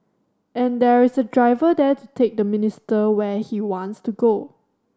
and there is a driver there to take the minister where he wants to go